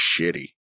shitty